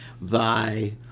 thy